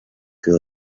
plus